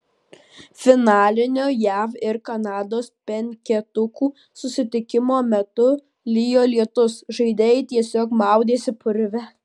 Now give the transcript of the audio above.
finalinio jav ir kanados penketukų susitikimo metu lijo lietus žaidėjai tiesiog maudėsi purve